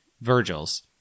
Virgil's